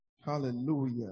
Hallelujah